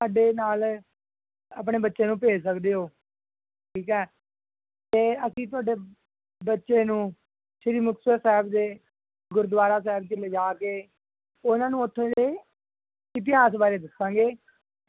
ਸਾਡੇ ਨਾਲ ਆਪਣੇ ਬੱਚੇ ਨੂੰ ਭੇਜ ਸਕਦੇ ਹੋ ਠੀਕ ਹੈ ਅਤੇ ਅਸੀਂ ਤੁਹਾਡੇ ਬੱਚੇ ਨੂੰ ਸ਼੍ਰੀ ਮੁਕਤਸਰ ਸਾਹਿਬ ਦੇ ਗੁਰਦੁਆਰਾ ਸਾਹਿਬ 'ਚ ਲਿਜਾ ਕੇ ਉਹਨਾਂ ਨੂੰ ਉੱਥੋਂ ਦੇ ਇਤਿਹਾਸ ਬਾਰੇ ਦੱਸਾਂਗੇ